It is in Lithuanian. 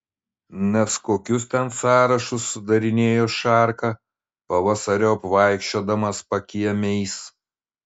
nes kokius ten sąrašus sudarinėjo šarka pavasariop vaikščiodamas pakiemiais